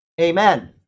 amen